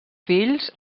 fills